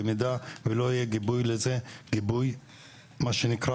במידה שלא יהיה לזה גיבוי תקציבי.